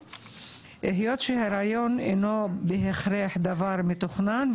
מכיוון שהריון אינו בהכרח דבר מתוכנן,